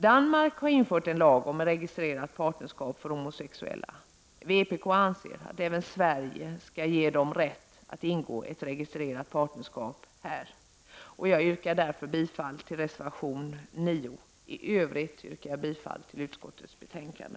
Danmark har infört en lag om registrerat partnerskap för homosexuella. Vpk anser att även Sverige skall ge de homosexuella rätt att ingå ett registrerat partnerskap, och jag yrkar därför bifall till reservation 9. I övrigt yrkar jag bifall till utskottets betänkande.